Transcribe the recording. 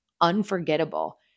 unforgettable